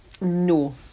no